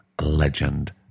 legend